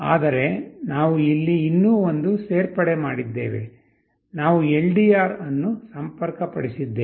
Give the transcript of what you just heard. ಆದರೆ ನಾವು ಇಲ್ಲಿ ಇನ್ನೂ ಒಂದು ಸೇರ್ಪಡೆ ಮಾಡಿದ್ದೇವೆ ನಾವು LDR ಅನ್ನು ಸಂಪರ್ಕಪಡಿಸಿದ್ದೇವೆ